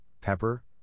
pepper